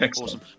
awesome